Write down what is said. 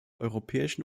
europäischen